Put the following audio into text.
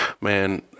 man